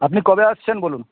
আপনি কবে আসছেন বলুন